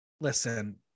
Listen